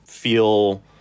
feel